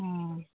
অঁ